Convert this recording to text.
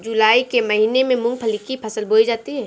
जूलाई के महीने में मूंगफली की फसल बोई जाती है